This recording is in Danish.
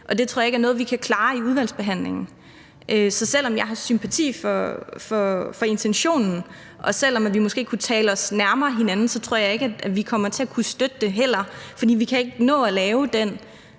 og det tror jeg ikke er noget, vi kan klare i udvalgsbehandlingen. Så selv om jeg har sympati for intentionen, og selv om vi måske kunne tale os nærmere hinanden, så tror jeg ikke, at vi kommer til at kunne støtte det, altså fordi vi ikke kan nå at lave den